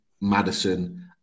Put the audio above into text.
Madison